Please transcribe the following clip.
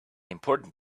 important